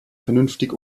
vernünftig